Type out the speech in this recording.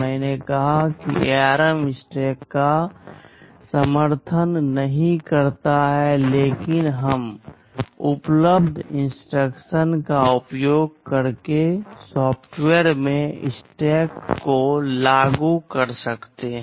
मैंने कहा कि ARM स्टैक का समर्थन नहीं करता है लेकिन हम उपलब्ध इंस्ट्रक्शंस का उपयोग करके सॉफ्टवेयर में स्टैक को लागू कर सकते हैं